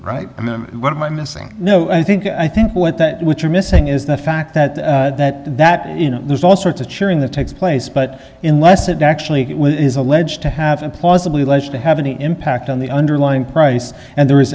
right i mean what am i missing no i think i think what that what you're missing is the fact that that that you know there's all sorts of sharing that takes place but in less it actually is alleged to have implausibly alleged to have any impact on the underlying price and there